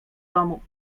domu